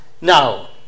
Now